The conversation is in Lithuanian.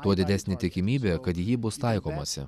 tuo didesnė tikimybė kad į jį bus taikomasi